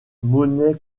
monnaie